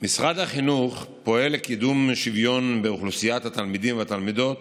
משרד החינוך פועל לקידום שוויון באוכלוסיית התלמידים והתלמידות